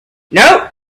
nope